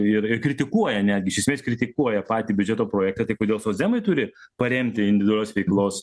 ir ir kritikuoja netgi iš esmės kritikuoja patį biudžeto projektą tai kodėl socdemai turi paremti individualios veiklos